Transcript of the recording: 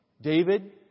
David